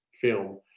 film